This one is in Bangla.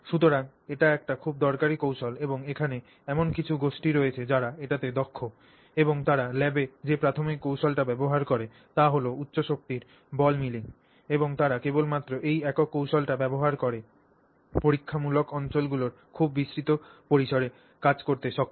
সুতরাং এটি একটি খুব দরকারী কৌশল এবং এখানে এমন কিছু গোষ্ঠী রয়েছে যারা এটাতে দক্ষ এবং তারা ল্যাবে যে প্রাথমিক কৌশলটি ব্যবহার করে তা হল উচ্চ শক্তির বল মিলিং এবং তারা কেবলমাত্র এই একক কৌশলটি ব্যবহার করে পরীক্ষামূলক অঞ্চলগুলির খুব বিস্তৃত পরিসরে কাজ করতে সক্ষম